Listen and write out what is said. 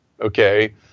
Okay